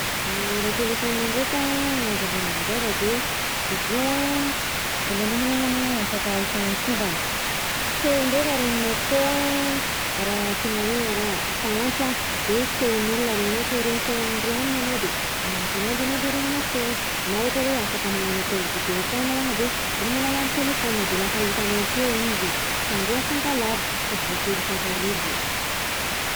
Raha telefaonina ndreka hazavainao amin'ny zaza de izy io an voalohany indrindra alongany an, afaka hifagnasovana feo ndreka regninao akao an, raha tegna hoe araha mifagnatso an, de feo'olona regninao, te aregny feo'ny rianona anao de magnaso ananjy ano de l regninao feony, na ohatra hoe afaka magnano appel video koa anao de amin'ny alala'ny telefaonina, de lasa hitanao akeo izy, fa andreo mifankalavitra fa sy voatery hifankarivo.